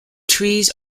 trees